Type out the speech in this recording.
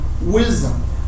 wisdom